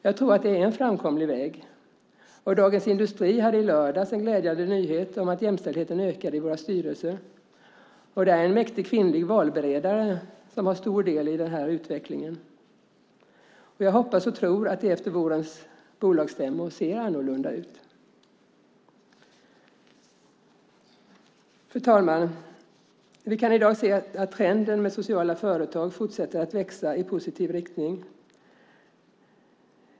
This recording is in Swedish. Jag tror att detta är en framkomlig väg. Dagens Industri hade i lördags en glädjande nyhet om att jämställdheten ökar i våra styrelser. Det är en mäktig kvinna som har suttit i valberedningar som har stor del i denna utveckling. Jag hoppas och tror att det efter vårens bolagsstämmor ser annorlunda ut. Fru talman! Vi kan i dag se att trenden med sociala företag fortsätter i positiv riktning.